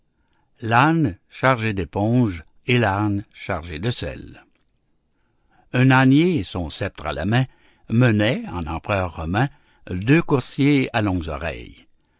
l'âne chargé d'éponges et l'âne chargé de sel un ânier son sceptre à la main menait en empereur romain deux coursiers à longues oreilles